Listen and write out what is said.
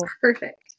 perfect